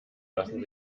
lassen